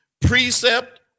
precept